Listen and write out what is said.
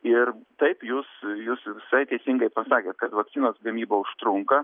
ir taip jūs jūs visai teisingai pasakėt kad vakcinos gamyba užtrunka